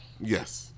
Yes